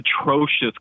atrocious